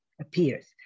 appears